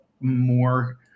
more